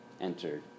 entered